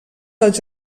dels